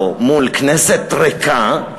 פה מול כנסת ריקה.